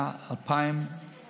דואגת